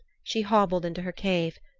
she hobbled into her cave,